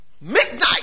Midnight